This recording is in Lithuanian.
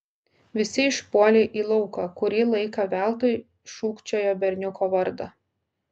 visi išpuolė į lauką kurį laiką veltui šūkčiojo berniuko vardą